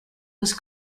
was